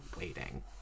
waiting